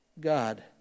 God